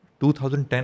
2010